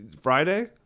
Friday